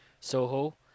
Soho